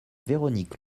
véronique